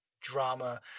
drama